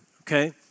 okay